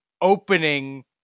opening